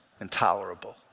intolerable